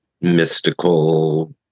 mystical